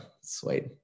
Sweet